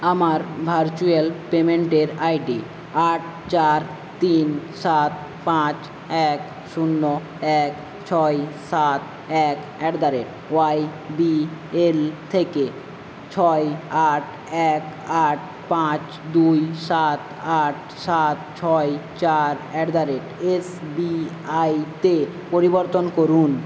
আমার ভার্চুয়াল পেমেন্টের আইডি আট চার তিন সাত পাঁচ এক শূন্য এক ছয় সাত এক অ্যাট দ্য রেট ওয়াইবিএল থেকে ছয় আট এক আট পাঁচ দুই সাত আট সাত ছয় চার অ্যাট দ্য রেট এসবিআই তে পরিবর্তন করুন